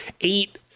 eight